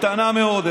קטנה מאוד,